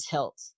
Tilt